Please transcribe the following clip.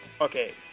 Okay